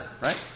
right